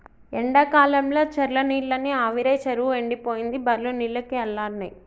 ఎండాకాలంల చెర్ల నీళ్లన్నీ ఆవిరై చెరువు ఎండిపోయింది బర్లు నీళ్లకు అల్లాడినై